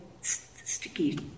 sticky